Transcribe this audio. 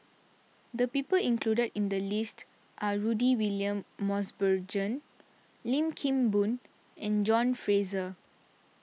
the people included in the list are Rudy William Mosbergen Lim Kim Boon and John Fraser